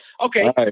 Okay